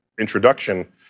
introduction